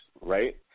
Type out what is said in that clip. right